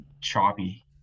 Choppy